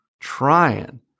trying